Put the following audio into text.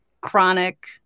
chronic